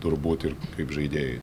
turbūt ir kaip žaidėjai